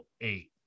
eight